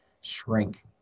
shrink